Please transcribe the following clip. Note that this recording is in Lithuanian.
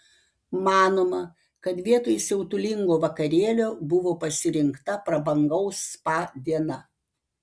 manoma kad vietoj siautulingo vakarėlio buvo pasirinkta prabangaus spa diena